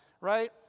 right